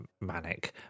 manic